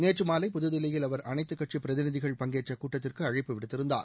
நேற்று மாலை புதுதில்லியில் அவர் அனைத்துக்கட்சி பிரதிநிதிகள் பங்கேற்ற கூட்டத்திற்கு அழைப்பு விடுத்திருந்தார்